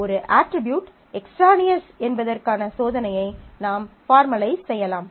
ஒரு attribute extraneous என்பதற்கான சோதனையை நாம் பார்மலைஸ் செய்யலாம்